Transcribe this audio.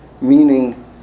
meaning